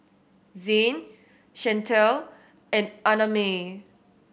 Zayne Chantal and Annamae